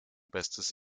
bestes